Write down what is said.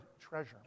treasure